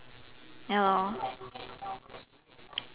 ya lor